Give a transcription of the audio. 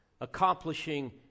accomplishing